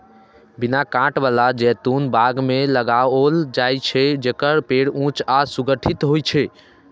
बिना कांट बला जैतून बाग मे लगाओल जाइ छै, जेकर पेड़ ऊंच आ सुगठित होइ छै